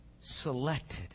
selected